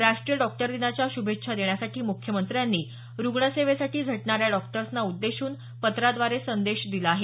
राष्ट्रीय डॉक्टर दिनाच्या शुभेच्छा देण्यासाठी मुख्यमंत्र्यांनी रुग्णसेवेसाठी झटणाऱ्या डॉक्टर्सना उद्देशून पत्राद्वारे संदेश दिला आहे